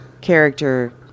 character